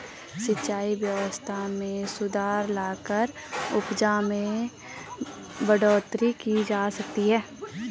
सिंचाई व्यवस्था में सुधार लाकर उपज में बढ़ोतरी की जा सकती है